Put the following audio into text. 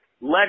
let